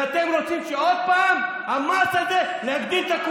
ואתם רוצים עוד פעם להגדיל את המס הזה,